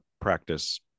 practice